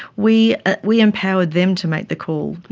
we we empowered them to make the call.